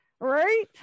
right